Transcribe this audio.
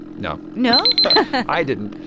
no no i didn't.